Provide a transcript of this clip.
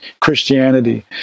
Christianity